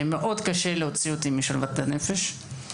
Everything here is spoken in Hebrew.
מאוד קשה להוציא אותי משלוות הנפש.